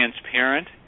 transparent